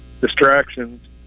distractions